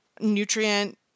nutrient